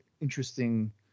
interesting